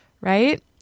right